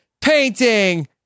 painting